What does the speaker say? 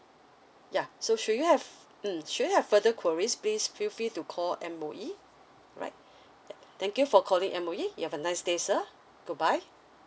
yeah so should you have mm should you have further queries please feel free to call M_O_E right thank you for calling M_O_E you have a nice day sir goodbye